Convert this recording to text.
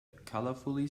colorfully